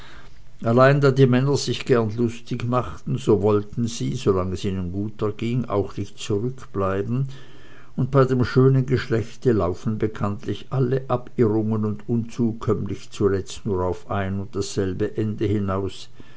allein da die männer sich gern lustig machten so wollten sie solange es ihnen gut erging auch nicht zurückbleiben und bei dem schönen geschlechte laufen bekanntlich alle abirrungen und unzukömmlichkeiten zuletzt nur auf ein und dasselbe ende hinaus